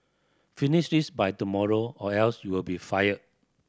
finish this by tomorrow or else you'll be fired